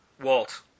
Walt